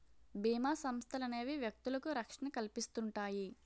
బీమా సంస్థలనేవి వ్యక్తులకు రక్షణ కల్పిస్తుంటాయి